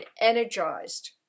energized